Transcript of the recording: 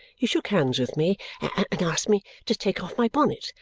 he shook hands with me and asked me to take off my bonnet,